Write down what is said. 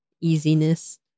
Easiness